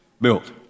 built